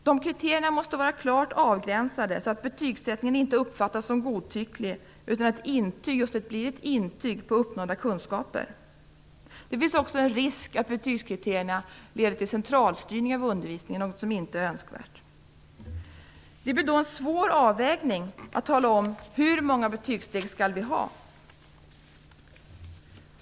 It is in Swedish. De kriterierna måste vara klart avgränsade, så att betygssättningen inte uppfattas som godtycklig. Ett intyg skall bli just ett intyg på uppnådda kunskaper. Det finns också en risk att betygskriterierna leder till centralstyrning av undervisningen, något som inte är önskvärt. Det blir nog en svår avvägning att tala om hur många betygssteg vi skall ha.